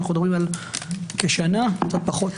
אנו מדברים על כשנה, קצת פחות.